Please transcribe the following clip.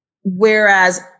Whereas